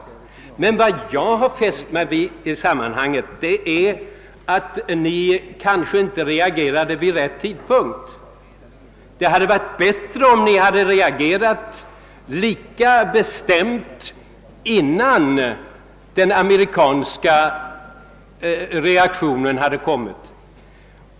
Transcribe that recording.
Men vad jag har fäst mig vid är att ni enligt min mening inte reagerade vid rätt tidpunkt. Det hade varit bättre om ni reagerat lika bestämt innan den amerikanska reaktionen kom.